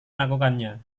melakukannya